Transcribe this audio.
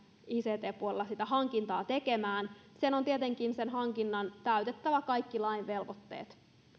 ict puolella sitä hankintaa tekemään sen hankinnan on tietenkin täytettävä kaikki lain velvoitteet